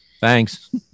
thanks